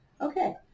Okay